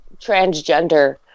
transgender